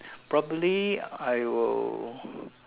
probably I will